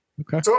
Okay